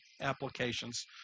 applications